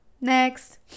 Next